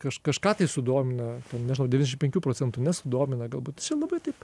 kaž kažką tai sudomina nežinau devyniasdešim penkių procentų nesudomina galbūt čia va taip